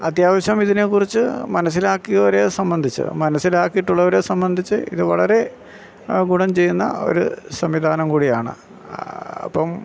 അത്യാവശ്യം ഇതിനെക്കുറിച്ച് മനസ്സിലാക്കിയവരെ സംബന്ധിച്ച് മനസ്സിലാക്കിയിയിട്ടുള്ളവരെ സംബന്ധിച്ച് ഇത് വളരെ ഗുണം ചെയ്യുന്ന ഒരു സംവിധാനം കൂടിയാണ് അപ്പം